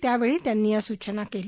त्यावेळी त्यांनी या सूचना केल्या